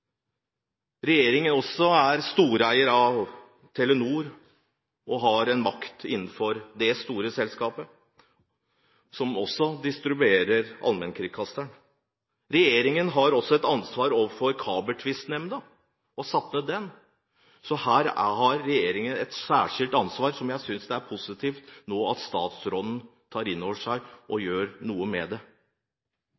Regjeringen er også storeier av Telenor og har makt innenfor det store selskapet, som også distribuerer allmennkringkasteren. Regjeringen har også et ansvar overfor Kabeltvistnemnda, som den har nedsatt, så her har regjeringen et særskilt ansvar som jeg synes det nå er positivt at statsråden tar inn over seg og